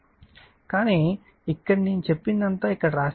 కానీ ఇక్కడ నేను ఇక్కడ చెప్పినదంతా ఇక్కడ వ్రాయబడింది